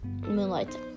Moonlight